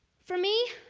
for me,